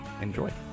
enjoy